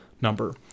Number